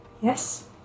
Yes